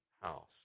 house